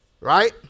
Right